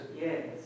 Yes